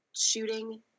shooting